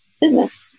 business